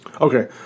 Okay